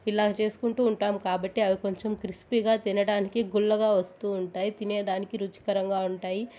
ఇలా చేసుకుంటు ఉంటాము కాబట్టి అవి కొంచెం క్రిస్పీగా తినడానికి గుల్లగా వస్తు ఉంటాయి తినేదానికి రుచికారంగా ఉంటాయి